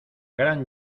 gran